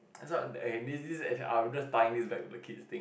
that's what and this this I'm just tying this back to the kids thing